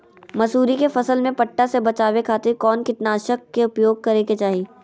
मसूरी के फसल में पट्टा से बचावे खातिर कौन कीटनाशक के उपयोग करे के चाही?